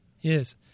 Yes